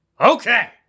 Okay